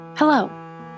Hello